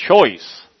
choice